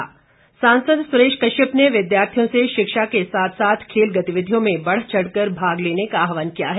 सुरेश कश्यप सांसद सुरेश कश्यप ने विद्यार्थियों से शिक्षा के साथ साथ खेल गतिविधियों में बढ़ चढ़ कर भाग लेने का आहवान किया है